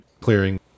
clearing